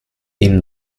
ihn